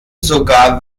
sogar